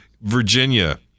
Virginia